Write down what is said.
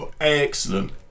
excellent